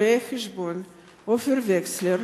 רואה-החשבון עופר וכסלר,